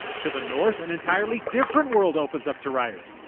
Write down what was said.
to the north an entirely different world opens up to riders.